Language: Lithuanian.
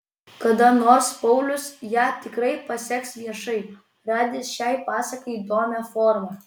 kada nors paulius ją tikrai paseks viešai radęs šiai pasakai įdomią formą